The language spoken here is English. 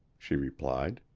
she replied.